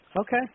Okay